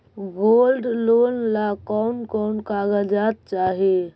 Gold loan ला कौन कौन कागजात चाही?